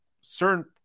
certain